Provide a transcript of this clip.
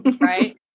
right